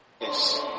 Yes